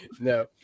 no